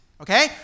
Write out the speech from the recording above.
Okay